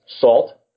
salt